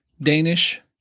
Danish